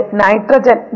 nitrogen